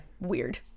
Weird